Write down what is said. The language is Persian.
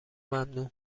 ممنوع